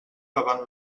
davant